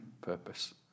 purpose